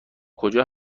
کجا